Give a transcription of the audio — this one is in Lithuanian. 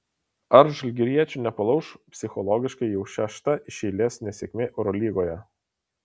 ar žalgiriečių nepalauš psichologiškai jau šešta iš eilės nesėkmė eurolygoje